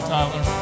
Tyler